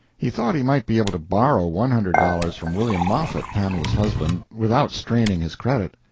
he thought he might be able to borrow one hundred dollars from william moffett, pamela's husband, without straining his credit.